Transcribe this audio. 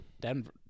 Denver